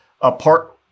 apart